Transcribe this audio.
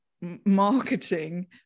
marketing